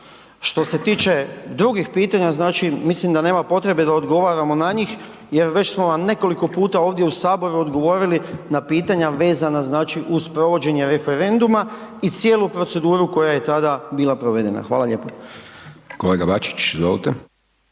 Što se tiče drugih pitanja znači mislim da nema potrebe da odgovaramo na njih jer već smo vam nekoliko puta ovdje u Saboru odgovorili na pitanja vezana znači uz provođenje referenduma i cijelu proceduru koja je tada bila provedena. Hvala lijepo. **Hajdaš Dončić, Siniša